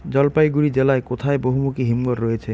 জলপাইগুড়ি জেলায় কোথায় বহুমুখী হিমঘর রয়েছে?